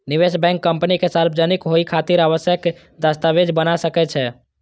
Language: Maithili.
निवेश बैंक कंपनी के सार्वजनिक होइ खातिर आवश्यक दस्तावेज बना सकै छै